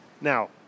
Now